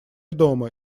дома